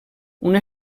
una